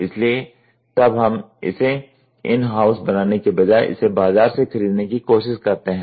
इसलिए तब हम इसे इन हाउस बनाने की बजाय इसे बाजार से खरीदने की ही कोशिश करते हैं